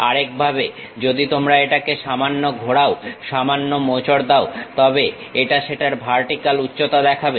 আরেকভাবে যদি তোমরা এটাকে সামান্য ঘোরাও সামান্য মোচড় দাও তবে এটা সেটার ভার্টিক্যাল উচ্চতা দেখাবে